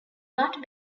not